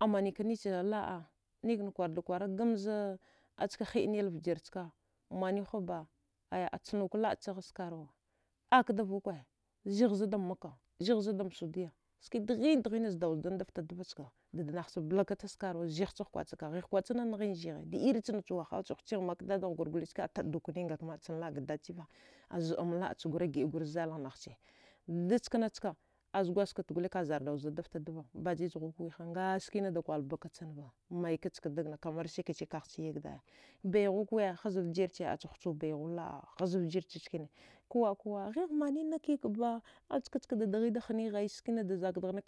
a mane ka ci nickene laba nina kwarkwara gma zga hghdnila vjavak maniwe ta kha ba a canuwa ga ka labaci kha sakaruwa akada da vuka, zhe za da makka, zhe za nda saudiya, ski dahene dahene zdawa zine da fte devacka nakha balaka ta sakaruwa zha ece ha kar kwatsa ka ite kwatsa neghine zighe da irencena wahala hutu kha maka dadagwre ace khutsi maka dadagwre a tkduwe ka ce laba ga dada ceva, azdama laba ce gwra gida gwra za zala nagha ce, da cena ski, aza gwazkafte gwari ka zadra za da fte dwa bajije khwa kiwe, aski gwal baka cenava mai nicken digna, kamar kace ka kha ce yige daya, baya hwa ka we zavjere ce a khutsa bayahwa laba aze vjiye cena ka uwaka uwaka ghe he mane ki ba, acka da dighe da haya, ski da zka dra ne,